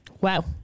wow